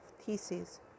theses